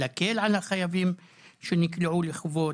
להקל על החייבים שנקלעו לחובות,